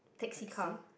taxi